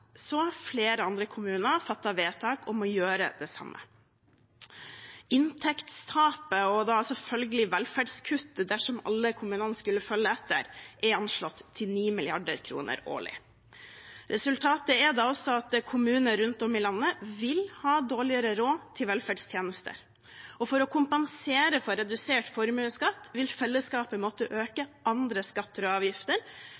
har flere andre kommuner fattet vedtak om å gjøre det samme. Inntektstapet og da selvfølgelig velferdskutt dersom alle kommunene skulle følge etter, er anslått til 9 mrd. kr årlig. Resultatet er at kommuner rundt om i landet vil ha dårligere råd til velferdstjenester. For å kompensere for redusert formuesskatt vil fellesskapet måtte